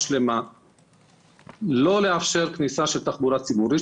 שלמה לא לאפשר כניסה של תחבורה ציבורית,